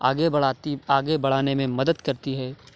آگے بڑھاتی آگے بڑھانے میں مدد کرتی ہے